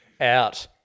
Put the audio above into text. out